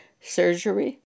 surgery